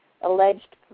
alleged